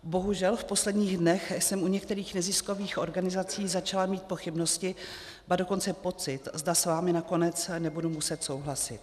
Bohužel, v posledních dnech jsem u některých neziskových organizací začala mít pochybnosti, ba dokonce pocit, zda s vámi nakonec nebudu muset souhlasit.